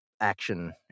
action